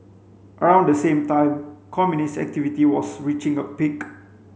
around the same time communist activity was reaching a peak